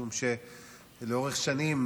משום שלאורך שנים,